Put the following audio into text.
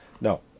No